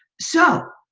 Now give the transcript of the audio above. so,